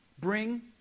bring